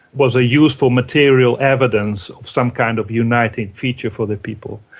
was a useful material evidence of some kind of uniting feature for the people.